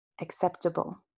acceptable